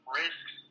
risks